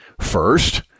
first